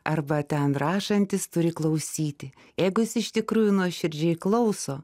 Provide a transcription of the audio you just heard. arba ten rašantis turi klausyti jeigu jis iš tikrųjų nuoširdžiai klauso